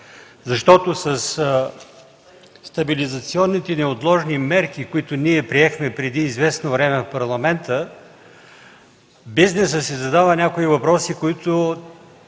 защото със Стабилизационните неотложни мерки, които ние приехме преди известно време в Парламента, бизнесът си задава някои въпроси, които